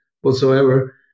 whatsoever